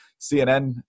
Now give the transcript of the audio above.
CNN